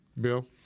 Bill